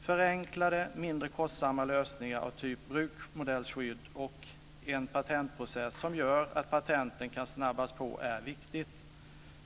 Förenklade och mindre kostsamma lösningar av typ bruksmodellskydd och en patentprocess som gör att patenten kan snabbas på är viktigt.